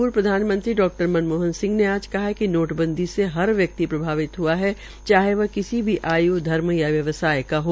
पूर्व प्रधानमंत्री डा मनमोहन सिंह ने आज कहा है कि नोटबंदी से हर व्यक्ति प्रभावित हआ है चाहे वह किसी भी आय् धर्म या वयवसाय का हो